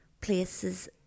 places